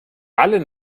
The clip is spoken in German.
alle